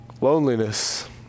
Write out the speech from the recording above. Loneliness